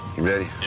you ready?